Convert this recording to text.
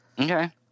Okay